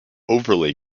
overlay